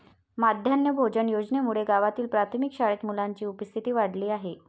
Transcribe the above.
माध्यान्ह भोजन योजनेमुळे गावातील प्राथमिक शाळेत मुलांची उपस्थिती वाढली आहे